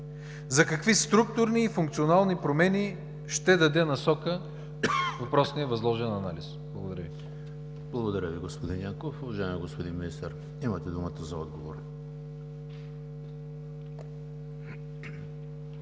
за какви структурни и функционални промени ще даде насока въпросният възложен анализ? Благодаря Ви. ПРЕДСЕДАТЕЛ ЕМИЛ ХРИСТОВ: Благодаря Ви, господин Янков. Уважаеми господин Министър, имате думата за отговор.